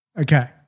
Okay